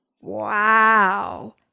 wow